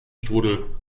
strudel